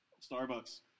Starbucks